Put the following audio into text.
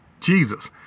Jesus